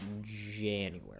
January